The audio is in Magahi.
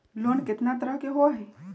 लोन केतना तरह के होअ हई?